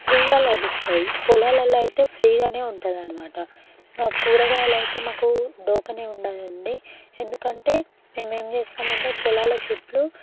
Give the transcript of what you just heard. ఫ్రీగా లభిస్తాయి పొలాలలో ఐతే ఫ్రీగానే ఉంటుందన్నమాట మాకు కూరగాయలు అయితే మాకు డోకానే ఉండదు అండి ఎందుకంటే మేము ఏం చేస్తామంటే పొలాల చుట్టూ